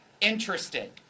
interested